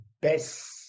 best